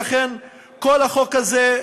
ולכן כל החוק הזה,